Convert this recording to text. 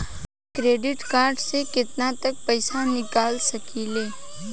Credit card से केतना तक पइसा निकाल सकिले?